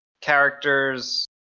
characters